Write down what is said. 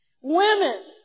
Women